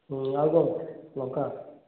ଆଉ କ'ଣ ଲଙ୍କା